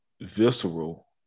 visceral